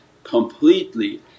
completely